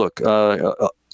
look